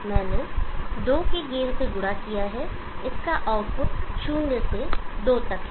मैंने दो के गेन से गुणा किया है इसका आउटपुट शून्य से दो तक है